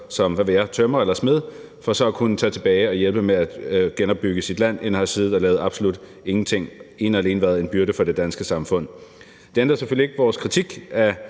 – tømrer eller smed for så at kunne tage tilbage og hjælpe med at genopbygge sit land end at have siddet og lavet absolut ingenting og ene og alene været en byrde for det danske samfund. Det ændrer selvfølgelig ikke på vores kritik af